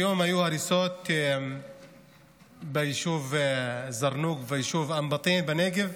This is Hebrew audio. היום היו הריסות ביישוב א-זרנוק וביישוב אום בטין בנגב.